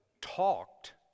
talked